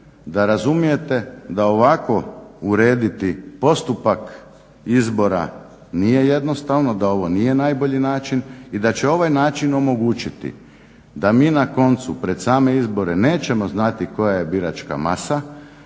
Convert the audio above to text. da razumijete da ovako urediti postupak izbora nije jednostavno, da ovo nije najbolji način i da će ovaj način omogućiti da mi na koncu pred same izbore nećemo znati koja je biračka masa